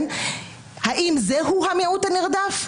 האם זהו המיעוט הנרדף?